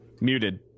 Muted